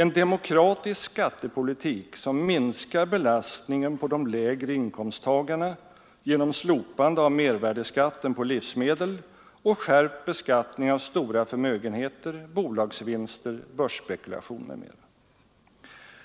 En demokratisk skattepolitik som minskar belastningen på de lägre inkomsttagarna genom slopande av mervärdeskatten på livsmedel och skärpt beskattning av stora förmögenheter, bolagsvinster, börsspekulation m.m.